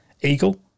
eagle